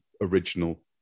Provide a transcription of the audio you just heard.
original